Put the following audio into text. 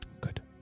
good